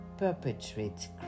Perpetrate